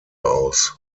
aus